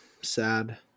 sad